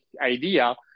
idea